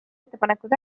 ettepanekud